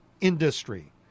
industry